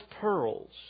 pearls